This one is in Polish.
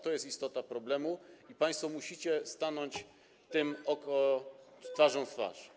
To jest istota problemu i państwo musicie stanąć z tym twarzą w twarz.